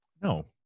No